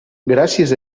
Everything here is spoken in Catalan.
gràcies